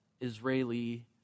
Israeli